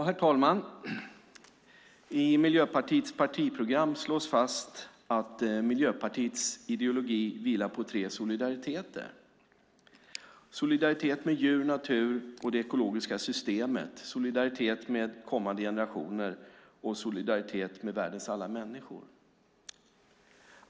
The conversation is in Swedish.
Herr talman! I vårt partiprogram slås fast att Miljöpartiets ideologi vilar på tre solidariteter: solidaritet med djur, natur och det ekologiska systemet, solidaritet med kommande generationer och solidaritet med världens alla människor.